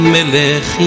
Melech